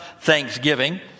Thanksgiving